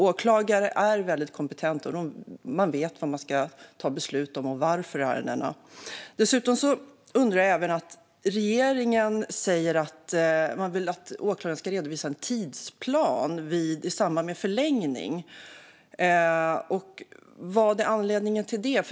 Åklagare är väldigt kompetenta. De vet vad de ska ta beslut om och varför i ärendena. Regeringen säger att man vill att åklagaren ska redovisa en tidsplan i samband med förlängning. Vad är anledningen till det?